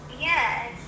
yes